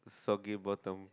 soggy bottom